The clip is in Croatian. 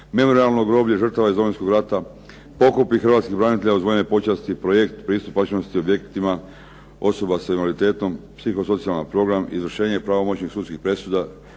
Memorijalno groblje žrtava iz Domovinskog rata, pokopi hrvatskih branitelja uz vojne počasti, projekt pristupačnosti objektima osoba s invaliditetom, psiho-socijalni program, izvršenje pravomoćnih sudskih presuda,